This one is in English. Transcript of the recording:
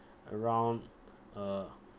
around uh